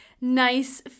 nice